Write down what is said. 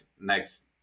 next